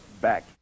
back